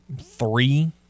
three